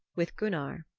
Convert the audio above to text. with gunnar.